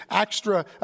extra